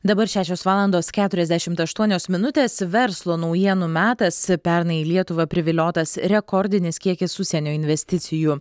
dabar šešios valandos keturiasdešimt aštuonios minutės verslo naujienų metas pernai į lietuvą priviliotas rekordinis kiekis užsienio investicijų